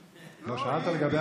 שאלת לגבי הכשרות.